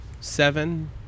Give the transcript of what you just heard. seven